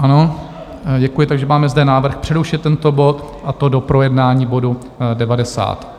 Ano, děkuji, takže máme zde návrh přerušit tento bod, a to do projednání bodu 98.